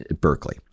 berkeley